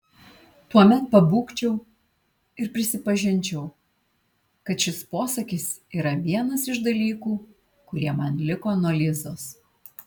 tuomet pabūgčiau ir prisipažinčiau kad šis posakis yra vienas iš dalykų kurie man liko nuo lizos